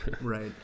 right